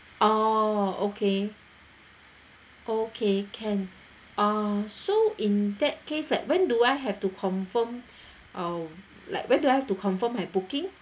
orh okay okay can uh so in that case that when do I have to confirm uh like when do I have to confirm my booking